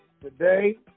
today